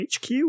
HQ